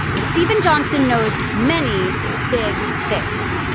steven johnson knows many big things.